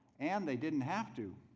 and they didn't have to.